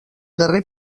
guerrer